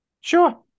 Sure